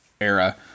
era